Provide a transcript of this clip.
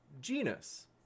genus